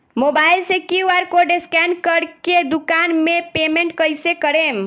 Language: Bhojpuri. मोबाइल से क्यू.आर कोड स्कैन कर के दुकान मे पेमेंट कईसे करेम?